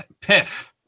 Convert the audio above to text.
Piff